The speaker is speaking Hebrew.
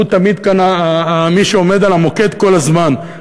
הוא תמיד כאן מי שעומד על המוקד כל הזמן.